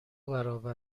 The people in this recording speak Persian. برابر